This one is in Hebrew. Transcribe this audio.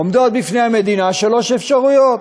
עומדות בפני המדינה שלוש אפשרויות: